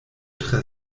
tre